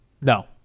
No